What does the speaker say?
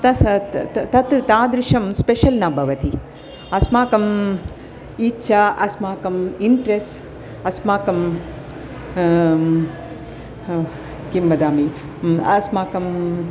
तसत् त तत् तादृशं स्पेशल् न भवति अस्माकम् इच्छा अस्माकम् इण्ट्रेस्ट् अस्माकं किं वदामि अस्माकम्